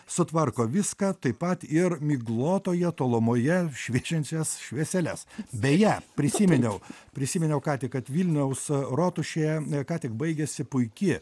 sutvarko viską taip pat ir miglotoje tolumoje šviečiančias švieseles beje prisiminiau prisiminiau ką tik kad vilniaus a rotušė ką tik baigėsi puiki